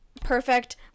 perfect